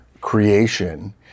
creation